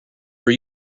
were